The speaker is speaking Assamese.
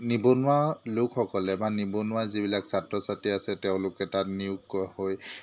নিবনুৱা লোকসকলে বা নিবনুৱা যিবিলাক ছাত্ৰ ছাত্ৰী আছে তেওঁলোকে তাত নিয়োগ ক হৈ